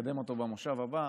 לקדם במושב הבא,